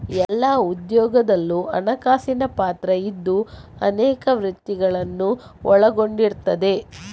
ಎಲ್ಲಾ ಉದ್ಯೋಗದಲ್ಲೂ ಹಣಕಾಸಿನ ಪಾತ್ರ ಇದ್ದು ಅನೇಕ ವೃತ್ತಿಗಳನ್ನ ಒಳಗೊಂಡಿರ್ತದೆ